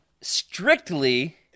strictly